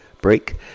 break